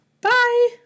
Bye